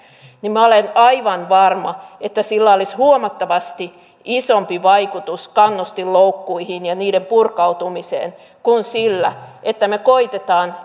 niin minä olen aivan varma että sillä olisi huomattavasti isompi vaikutus kannustinloukkuihin ja niiden purkautumiseen kuin sillä että me koetamme